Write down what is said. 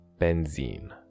benzene